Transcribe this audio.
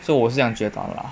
所以我是这样觉得啦